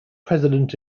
president